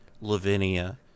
Lavinia